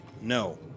no